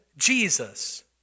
Jesus